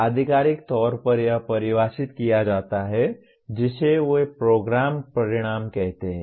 आधिकारिक तौर पर यह परिभाषित किया जाता है जिसे वे प्रोग्राम परिणाम कहते हैं